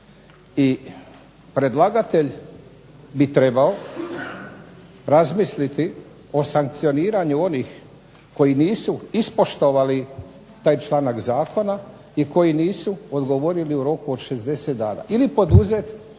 I predlagatelj bi trebao razmisliti o sankcioniranju onih koji nisu ispoštovali taj članak zakona i koji nisu odgovorili u roku od 60 dana